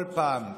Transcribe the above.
כל פעם,